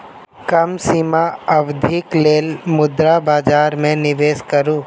कम सीमा अवधिक लेल मुद्रा बजार में निवेश करू